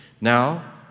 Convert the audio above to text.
Now